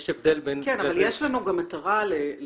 יש הבדל בין --- אבל יש בפנינו מטרה לייצר